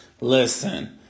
Listen